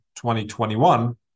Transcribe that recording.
2021